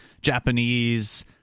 Japanese